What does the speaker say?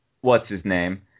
what's-his-name